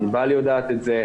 ענבל יודעת את זה,